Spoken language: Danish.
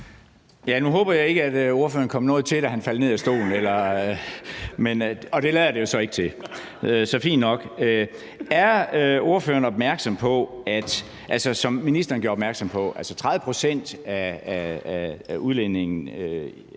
Nu håber jeg ikke, at ordføreren kom noget til, da han faldt ned af stolen, og det lader det jo så ikke til. Så det er fint nok. Er ordføreren opmærksom på, hvilket ministeren